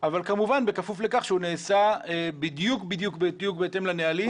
אבל כמובן בכפוף לכך שהוא נעשה בדיוק בהתאם לנהלים,